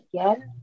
again